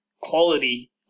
quality